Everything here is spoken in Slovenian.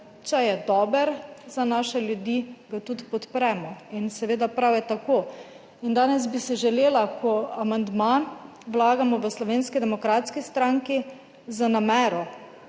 če je dober za naše ljudi, ga tudi podpremo. In prav je tako. Danes bi si želela, ko amandma vlagamo v Slovenski demokratski stranki z namero,